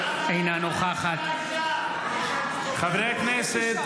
אינה נוכחת --- חברי הכנסת,